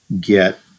get